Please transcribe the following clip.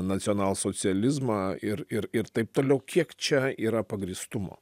nacionalsocializmą ir ir ir taip toliau kiek čia yra pagrįstumo